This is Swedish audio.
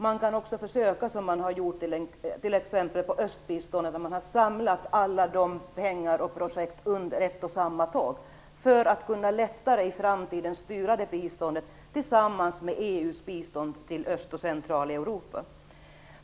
Man kan försöka göra som man har gjort med t.ex. östbiståndet, nämligen att samla alla pengar och projekt under ett och samma tak för att i framtiden lättare kunna styra biståndet tillsammans med EU:s bistånd till Öst och Centraleuropa.